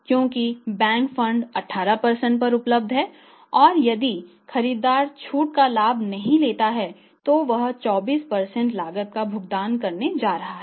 क्योंकि bank fund 18 पर उपलब्ध हैं और यदि खरीदार छूट का लाभ नहीं लेता है तो वह 24 लागत का भुगतान करने जा रहा है